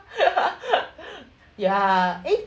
ya eh